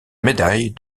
médaille